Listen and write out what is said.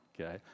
okay